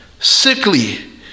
sickly